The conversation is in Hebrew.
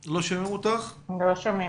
(לא שומעים).